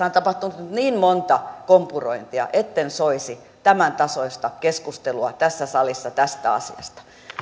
on tapahtunut niin monta kompurointia etten soisi tämän tasoista keskustelua tässä salissa tästä asiasta